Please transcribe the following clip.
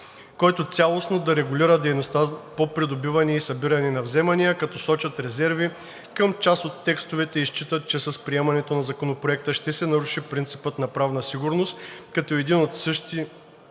който цялостно да регулира дейността по придобиване и събиране на вземания, като сочат резерви към част от текстовете и считат, че с приемането на Законопроекта ще се наруши принципът на правна сигурност, като едни и същи